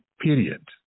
period